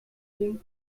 legen